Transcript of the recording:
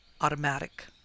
automatic